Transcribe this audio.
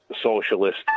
socialist